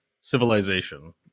Civilization